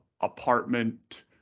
apartment